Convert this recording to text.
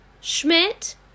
Schmidt